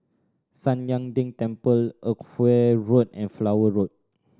San Lian Deng Temple Edgware Road and Flower Road